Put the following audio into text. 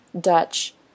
Dutch